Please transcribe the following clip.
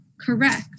Correct